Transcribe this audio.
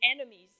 enemies